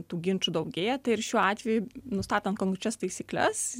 tų ginčų daugėja tai ir šiuo atveju nustatant konkrečias taisykles